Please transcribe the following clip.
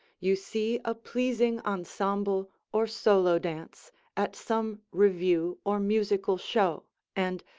you see a pleasing ensemble or solo dance at some revue or musical show and,